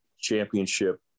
championship